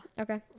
Okay